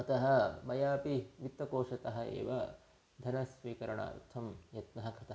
अतः मयापि वित्तकोषतः एव धनस्वीकरणार्थं यत्नः कृतः